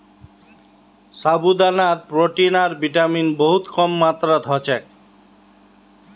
साबूदानात प्रोटीन आर विटामिन बहुत कम मात्रात ह छेक